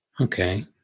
Okay